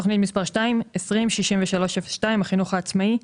תכנית מספר שתיים, 206302, החינוך העצמאי,